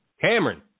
Cameron